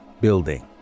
building